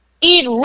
eat